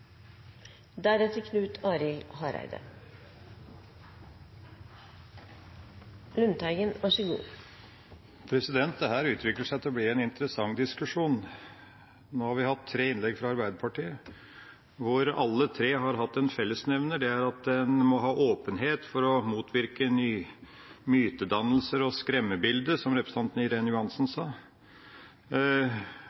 utvikler seg til å bli en interessant diskusjon. Nå har vi hatt tre innlegg fra Arbeiderpartiet, og alle tre har hatt en fellesnevner. Det er at en må ha åpenhet for å motvirke mytedannelser og skremmebilder, som representanten Irene Johansen sa.